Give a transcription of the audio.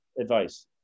advice